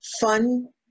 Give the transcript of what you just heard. fun